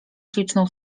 śliczną